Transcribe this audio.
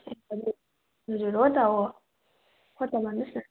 हजुर हो त हो हो त भन्नुहोस् न